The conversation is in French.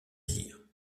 dire